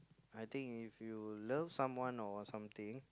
I think if you love someone or something